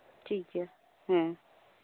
ᱴᱷᱤᱠ ᱜᱮᱭᱟ ᱦᱮᱸ